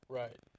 right